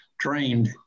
trained